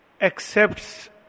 accepts